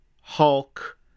Hulk